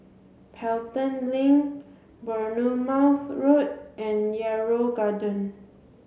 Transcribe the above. Pelton Link Bournemouth Road and Yarrow Garden